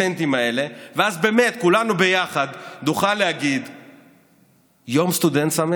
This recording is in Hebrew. אז כשאנחנו מדברים על יום הסטודנט אסור לנו לשכוח